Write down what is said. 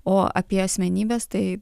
o apie asmenybes tai